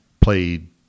played